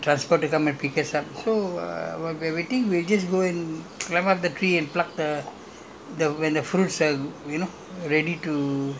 then we we we waiting for the lorry or the the the transport to come and pick us up so err while waiting we just go and climb up the tree and pluck the